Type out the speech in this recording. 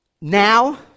now